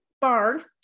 barn